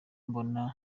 mbona